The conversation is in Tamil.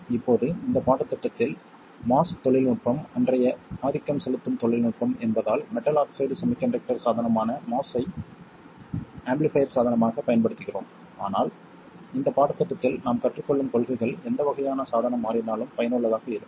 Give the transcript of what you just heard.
இப்போது இந்த பாடத்திட்டத்தில் MOS தொழில்நுட்பம் அன்றைய ஆதிக்கம் செலுத்தும் தொழில்நுட்பம் என்பதால் மெட்டல் ஆக்சைடு செமிகண்டக்டர் சாதனமான MOS ஐப் ஆம்பிளிஃபைர் சாதனமாகப் பயன்படுத்துகிறோம் ஆனால் இந்த பாடத்திட்டத்தில் நாம் கற்றுக் கொள்ளும் கொள்கைகள் எந்த வகையான சாதனம் மாறினாலும் பயனுள்ளதாக இருக்கும்